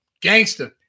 gangster